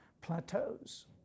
plateaus